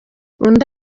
undi